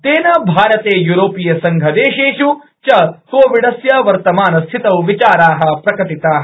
तेन भारते यूरोपीयसंघदेशेष् च कोविडस्य वर्तमानस्थितौ विचाराः प्रकटिताः